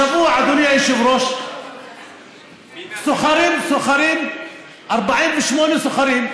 השבוע, אדוני היושב-ראש, סוחרים, 48 סוחרים,